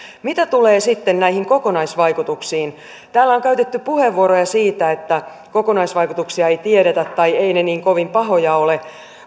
mitä tulee sitten näihin kokonaisvaikutuksiin täällä on on käytetty puheenvuoroja siitä että kokonaisvaikutuksia ei tiedetä tai eivät ne niin kovin pahoja ole